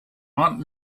aunt